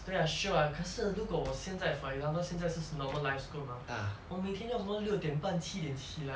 对啦 shiok lah 可是如果我现在 for example 现在我是 normal live school mah 我每天要什么六点半七点起来